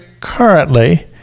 currently